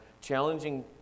challenging